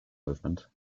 movement